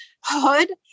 hood